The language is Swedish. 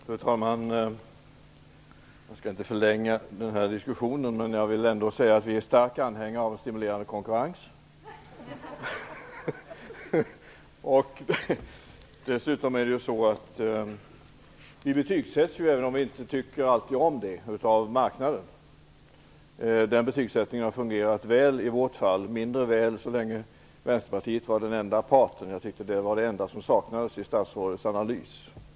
Fru talman! Jag skall inte förlänga diskussionen, men jag vill ändå säga att vi är starka anhängare av en stimulerande konkurrens. Dessutom betygsätts vi av marknaden, även om vi inte alltid tycker om det. Betygsättningen har fungerat väl i vårt fall. Den fungerade mindre väl så länge Vänsterpartiet var den enda parten. Jag tycker att detta var det enda som saknades i statsrådets analys.